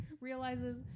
realizes